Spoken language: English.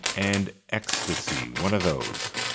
and ecstasy. one of those?